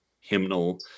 hymnal